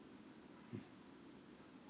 mm